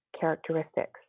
characteristics